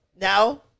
now